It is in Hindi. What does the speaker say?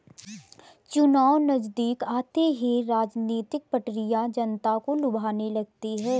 चुनाव नजदीक आते ही राजनीतिक पार्टियां जनता को लुभाने लगती है